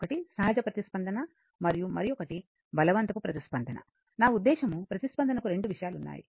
ఒకటి సహజ ప్రతిస్పందన మరియు మరొకటి బలవంతపు ప్రతిస్పందన నా ఉద్దేశ్యం ప్రతిస్పందనకు రెండు విషయాలు ఉన్నాయి